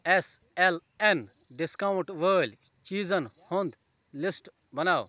S L N discount وٲلۍ چیٖزن ہُنٛد لسٹ بناو